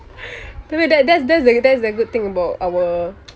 tapi that's that's the that's the good thing about our